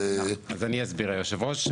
אסביר, היושב-ראש.